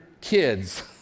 kids